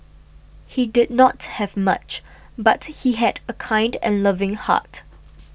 he did not have much but he had a kind and loving heart